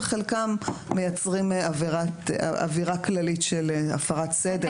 וחלקם מייצרים אווירה כללית של הפרת סדר.